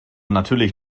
natürlich